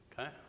Okay